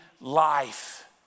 life